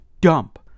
dump